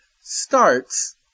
starts